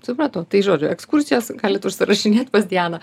supratau tai žodžiu ekskursijos galit užsirašinėt pas dianą